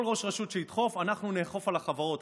כל ראש רשות שידחוף, אנחנו נאכוף על החברות.